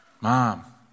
Mom